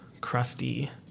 crusty